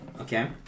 okay